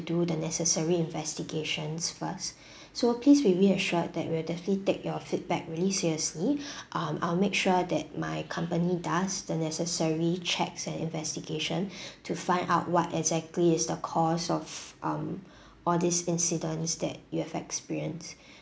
do the necessary investigations first so please be reassured that we'll definitely take your feedback really seriously um I'll make sure that my company does the necessary checks and investigation to find out what exactly is the cause of um all these incidents that you have experienced